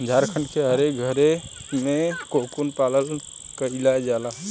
झारखण्ड के हर घरे में कोकून पालन कईला जाला